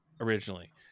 originally